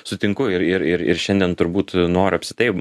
sutinku ir ir ir šiandien turbūt noriu apsitai